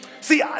See